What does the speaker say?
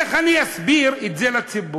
איך אני אסביר את זה לציבור?